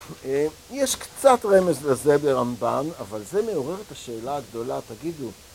יש קצת רמז לזה ברמב"ן, אבל זה מעורר את השאלה הגדולה, תגידו.